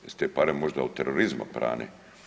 Jesu te pare možda od terorizma prane?